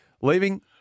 Leaving